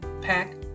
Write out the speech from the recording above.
pack